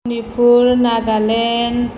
Manipur Nagaland